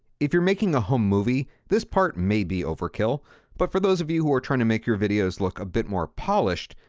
if you're making a home movie, this part may be overkill but for those of you who are trying to make your videos look a bit more polished,